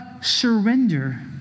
surrender